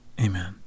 Amen